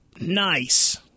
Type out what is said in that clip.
nice